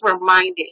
reminded